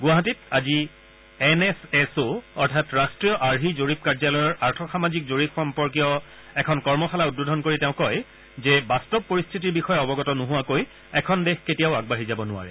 গুৱাহাটীত আজি N S S O অৰ্থাৎ ৰাট্টীয় আৰ্হি জৰীপ কাৰ্যালয়ৰ আৰ্থসামাজিক জৰীপ সম্পৰ্কীয় এখন কৰ্মশালা উদ্বোধন কৰি তেওঁ কয় যে বাস্তৱ পৰিস্থিতিৰ বিষয়ে অৱগত নোহোৱাকৈ এখন দেশ কেতিয়াও আগবাঢ়ি যাব নোৱাৰে